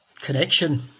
Connection